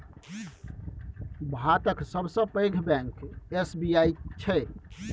भातक सबसँ पैघ बैंक एस.बी.आई छै